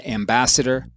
ambassador